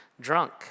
drunk